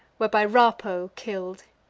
were by rapo kill'd.